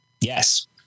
Yes